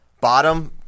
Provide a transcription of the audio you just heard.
bottom